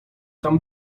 tam